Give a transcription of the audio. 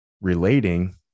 relating